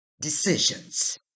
decisions